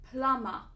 Plama